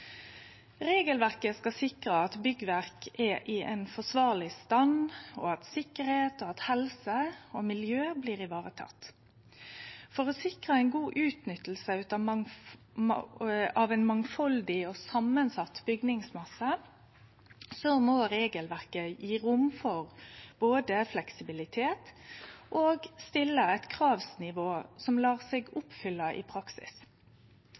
regelverket. Regelverket skal sikre at byggverk er i forsvarleg stand, og at sikkerheit, helse og miljø blir vareteke. For å sikre ei god utnytting av ei mangfaldig og samansett bygningsmasse, må regelverket både gje rom for fleksibilitet og stille eit kravsnivå som lèt seg oppfylle i praksis.